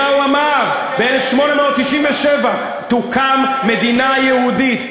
ב-1897 תוקם מדינה יהודית.